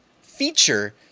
feature